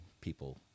people